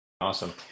awesome